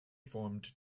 formed